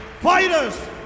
Fighters